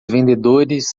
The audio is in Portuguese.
vendedores